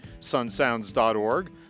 sunsounds.org